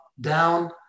down